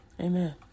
Amen